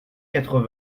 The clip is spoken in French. quatre